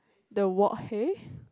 the wok hei